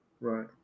right